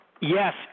yes